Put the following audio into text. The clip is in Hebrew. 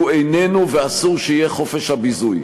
הוא איננו ואסור שיהיה חופש הביזוי.